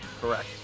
Correct